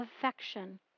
affection